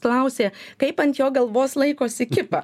klausė kaip ant jo galvos laikosi kipa